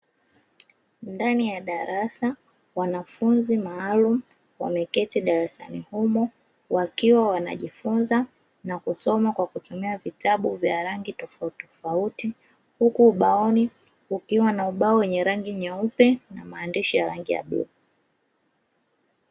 Ndani ya darasa wanafunzi maalumu wameketi darasani humo, wakiwa wanajifunza kwa kutumia vitabu vya rangi tofauti tofauti, huku ubaoni kukiwa na ubao wenye rangi nyeupe na maandishi ya rangi ya bluu.